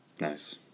Nice